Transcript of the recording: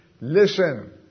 listen